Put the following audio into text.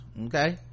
okay